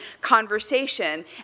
conversation